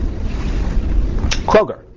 Kroger